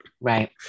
Right